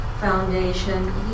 foundation